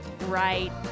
right